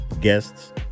guests